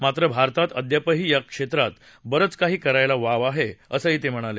मात्र भारतात अद्यापही या क्षेत्रात बरंच काही करायला वाव आहे असं ते म्हणाले